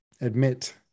admit